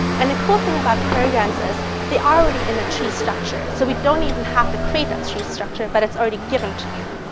and the cool thing about programs is, they're already in a tree structure, so we don't even have to create a tree structure but it's already given to you.